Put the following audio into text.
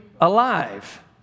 alive